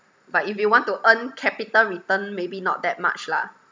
but if you want to earn capital return maybe not that much lah